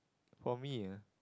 for me ah